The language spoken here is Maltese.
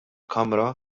kamra